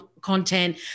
content